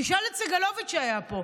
תשאל את סגלוביץ', שהיה פה.